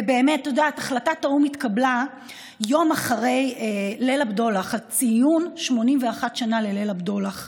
החלטת האו"ם התקבלה יום אחרי ציון 81 שנים לליל הבדולח.